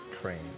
train